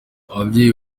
ababyeyi